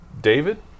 David